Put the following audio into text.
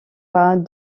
pas